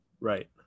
Right